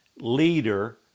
leader